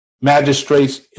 magistrates